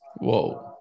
Whoa